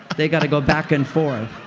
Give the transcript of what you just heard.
they gotta go back and forth,